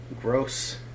gross